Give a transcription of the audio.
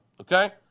Okay